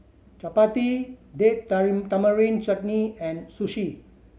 Chapati Date Tamarind Chutney and Sushi